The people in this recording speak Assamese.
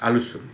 আলোচনী